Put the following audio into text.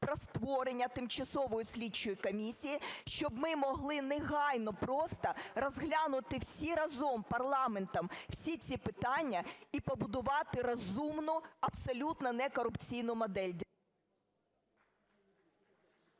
про створення тимчасової слідчої комісії, щоб ми могли негайно просто розглянути всі разом, парламентом, всі ці питання і побудувати розумну абсолютно не корупційну модель.